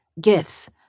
gifts